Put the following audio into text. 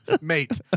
mate